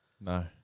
No